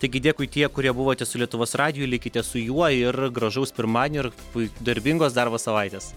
taigi dėkui tie kurie buvote su lietuvos radiju likite su juo ir gražaus pirmadienio ir pui darbingos darbo savaitės